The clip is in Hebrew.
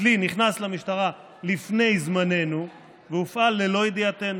הכלי נכנס למשטרה לפני זמננו והופעל ללא ידיעתנו.